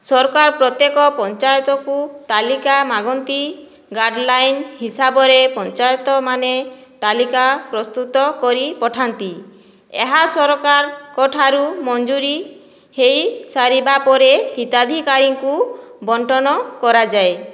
ସରକାର ପ୍ରତ୍ୟେକ ପଞ୍ଚାୟତକୁ ତାଲିକା ମାଗନ୍ତି ଗାଇଡ଼ଲାଇନ ହିସାବରେ ପଞ୍ଚାୟତମାନେ ତାଲିକା ପ୍ରସ୍ତୁତକରି ପଠାନ୍ତି ଏହା ସରକାରଙ୍କଠାରୁ ମଞ୍ଜୁରୀ ହେଇସାରିବା ପରେ ହିତାଧିକାରୀଙ୍କୁ ବଣ୍ଟନ କରାଯାଏ